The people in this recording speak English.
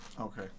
Okay